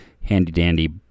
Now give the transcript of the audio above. handy-dandy